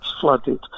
flooded